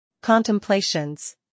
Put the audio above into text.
Contemplations